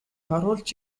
оруулж